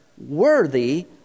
worthy